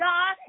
God